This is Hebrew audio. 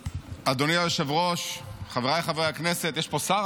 אדוני היושב-ראש, חבריי חברי הכנסת, יש פה שר?